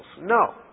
No